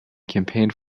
campaigned